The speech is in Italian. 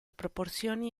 proporzioni